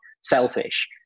selfish